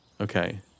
Okay